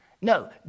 No